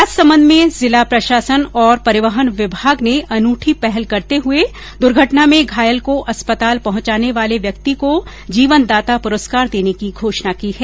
राजसमंद में जिला प्रशासन और परिवहन विभाग ने अनूठी पहल करते हुए दुर्घटना में घायल को अस्पताल पहुंचाने वाले व्यक्ति को जीवनदाता पुरस्कार देने की घोषणा की है